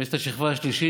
ויש את השכבה השלישית,